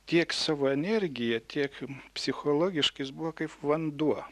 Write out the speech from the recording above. tiek savo energija tiek psichologiškai jis buvo kaip vanduo